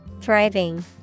Thriving